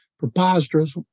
Preposterous